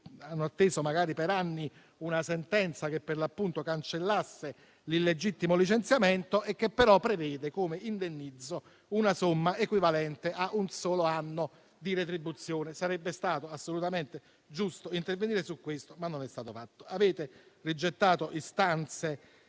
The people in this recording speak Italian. hanno atteso magari per anni una sentenza che, per l'appunto, cancellasse l'illegittimo licenziamento e che però prevede, come indennizzo, una somma equivalente a un solo anno di retribuzione. Sarebbe stato assolutamente giusto intervenire su questo, ma non è stato fatto. Avete rigettato istanze